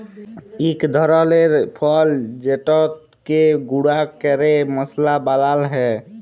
ইক ধরলের ফল যেটকে গুঁড়া ক্যরে মশলা বালাল হ্যয়